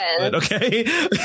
Okay